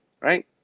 right